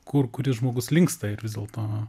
kur kuris žmogus linksta ir vis dėlto